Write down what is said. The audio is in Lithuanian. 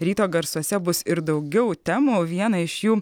ryto garsuose bus ir daugiau temų vieną iš jų